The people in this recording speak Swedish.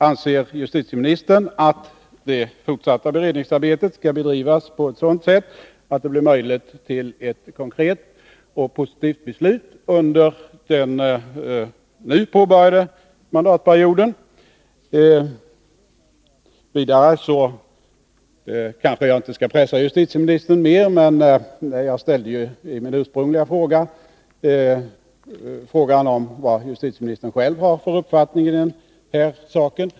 Anser justitieministern att det fortsatta beredningsar betet skall bedrivas på ett sådant sätt att det blir möjligt att få ett konkret och positivt beslut under den nu påbörjade mandatperioden? Jag skall kanske inte pressa justitieministern mer, men jag ställde ju ursprungligen frågan om vad justitieministern själv har för uppfattning i den härsaken.